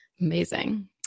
Amazing